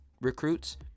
recruits